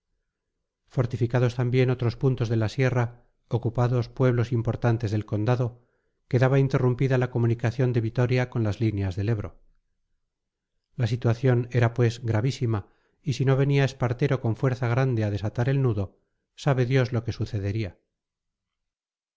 fortificados también otros puntos de la sierra ocupados pueblos importantes del condado quedaba interrumpida la comunicación de vitoria con las líneas del ebro la situación era pues gravísima y si no venía espartero con fuerza grande a desatar el nudo sabe dios lo que sucedería